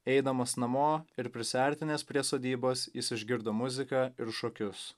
eidamas namo ir prisiartinęs prie sodybos jis išgirdo muziką ir šokius